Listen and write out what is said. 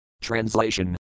Translation